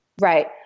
right